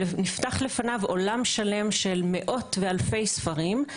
ונפתח לפניו עולם שלם של מאות ואלפי ספרים.